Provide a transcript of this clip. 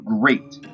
great